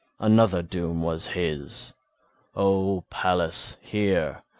another doom was his o pallas, hear,